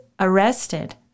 arrested